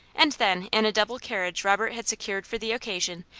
and then in a double carriage robert had secured for the occasion,